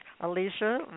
Alicia